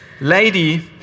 lady